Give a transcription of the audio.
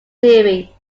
theory